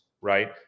right